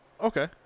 Okay